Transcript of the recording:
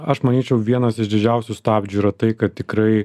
aš manyčiau vienas iš didžiausių stabdžių yra tai kad tikrai